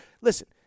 Listen